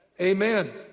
Amen